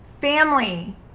family